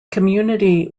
community